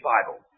Bible